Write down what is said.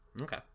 Okay